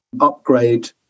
upgrade